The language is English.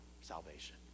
salvation